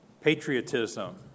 patriotism